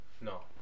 No